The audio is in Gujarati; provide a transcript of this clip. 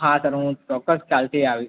હાં સર હું ચોક્કસ કાલથી આવીશ